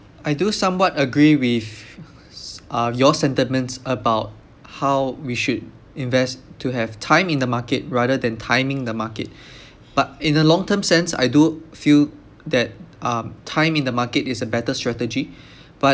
I do somewhat agree with uh your sentiments about how we should invest to have time in the market rather than timing the market but in the long term sense I do feel that um time in the market is a better strategy but